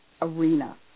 arena